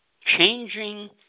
changing